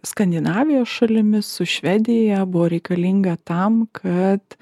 skandinavijos šalimis su švedija buvo reikalinga tam kad